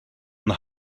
and